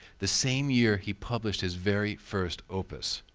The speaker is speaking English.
the same year he published his very first opus.